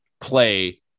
play